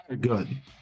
good